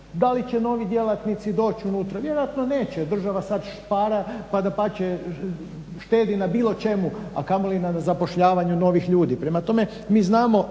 Da li će novi djelatnici doći unutra? Vjerojatno neće, jer država sad špara, pa dapače štedi na bilo čemu, a kamoli na zapošljavanju novih ljudi. Prema tome, mi znamo